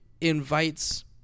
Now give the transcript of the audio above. invites